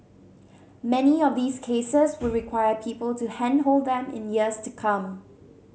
many of these cases would require people to handhold them in years to come